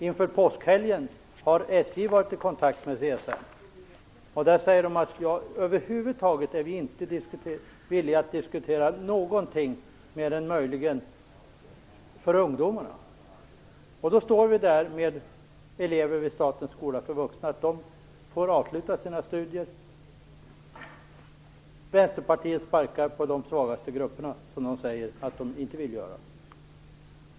Inför påskhelgen har SJ varit i kontakt med CSN. Där säger man att man över huvud taget inte är villiga att diskutera någonting mer än möjligen rabatter för ungdomar. Då står vi där med elever vid Statens skolor för vuxna. De får avsluta sina studier. Vänsterpartiet sparkar på de svagaste grupperna, som det säger att det inte vill göra.